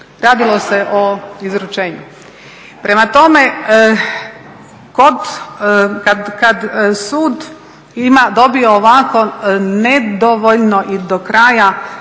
Radilo se o izručenju. Prema tome, kad sud ima, dobije ovako nedovoljno i do kraja